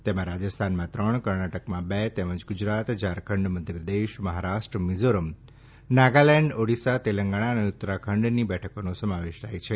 તેમાં રાજસ્થાનમાં ત્રણ કર્ણાટકમાં બે તેમજ ગુજરાત ઝારખંડ મધ્યપ્રદેશ મહારાષ્ટ્ર મિઝોરમ નાગાલેન્ડ ઓડિશા તેલંગાણા અને ઉત્તરાખંડની બેઠકોનો સમાવેશ થાય છે